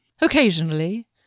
Occasionally